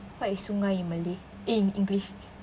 what is sungai in malay eh in english